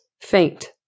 faint